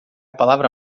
palavra